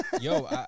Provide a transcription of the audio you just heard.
Yo